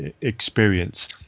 experience